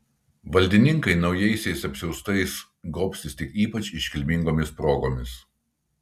valdininkai naujaisiais apsiaustais gobsis tik ypač iškilmingomis progomis